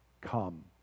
come